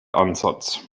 ansatz